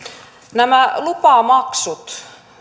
nämä lupamaksut